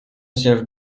chef